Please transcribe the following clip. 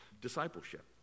discipleship